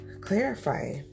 Clarify